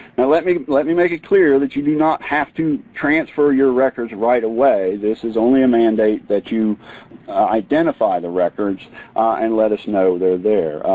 let me let me make it clear that you do not have to transfer your records right away. this is only a mandate that you identify the records and let us know they're there.